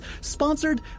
sponsored